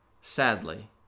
Sadly